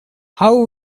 how